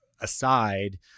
aside